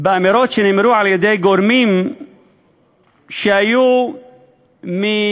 באמירות שנאמרו על-ידי גורמים שהיו ממעצבי